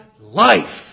life